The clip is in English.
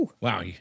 Wow